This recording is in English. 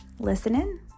listening